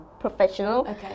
Professional